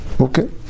Okay